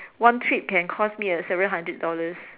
one trip can cause me several hundred dollars